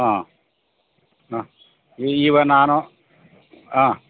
ಹಾಂ ಹಾಂ ಈವ ನಾನು ಹಾಂ